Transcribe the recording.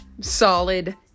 Solid